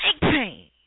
pain